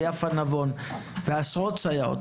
ויפה נבון ועשרות סייעות.